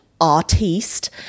artiste